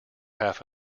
half